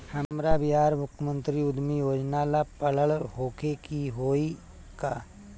हमरा बिहार मुख्यमंत्री उद्यमी योजना ला पढ़ल होखे के होई का?